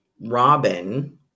Robin